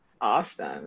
Awesome